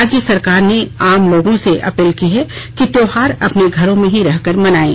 राज्य सरकार ने आम लोगों से अपील की है कि त्योहार अपने घरों में ही रहकर मनाये